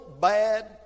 bad